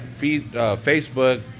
Facebook